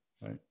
right